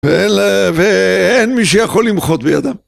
ואין מי שיכול למחות בידם.